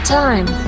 time